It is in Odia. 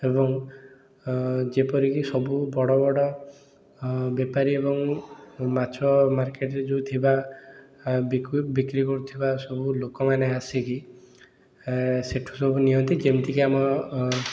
ଏବଂ ଯେପରିକି ସବୁ ବଡ଼ବଡ଼ ବେପାରୀ ଏବଂ ମାଛ ମାର୍କେଟରେ ଯେଉଁ ଥିବା ବିକୁ ବିକ୍ରି କରୁଥିବା ସବୁ ଲୋକମାନେ ଆସିକି ସେଇଠୁ ସବୁ ନିଅନ୍ତି ଯେମିତିକି ଆମ